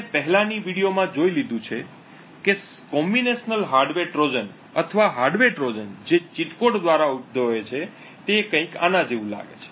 આપણે પહેલાની વિડિઓમાં જોઇ લીધું છે કે સંયુક્ત હાર્ડવેર ટ્રોજન અથવા હાર્ડવેર ટ્રોજન જે ચીટ કોડ દ્વારા ઉદ્દભવે છે તે કંઈક આના જેવું લાગે છે